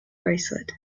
bracelet